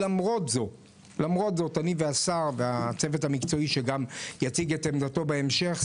למרות זאת אני והשר והצוות המקצועי שיציג את עמדתו בהמשך,